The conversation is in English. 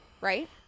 right